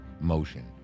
motion